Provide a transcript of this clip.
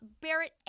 Barrett